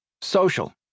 social